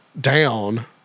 down